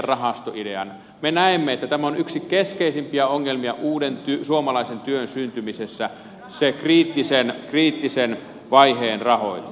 me näemme että tämä on yksi keskeisimpiä ongelmia uuden suomalaisen työn syntymisessä se kriittisen vaiheen rahoitus